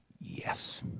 Yes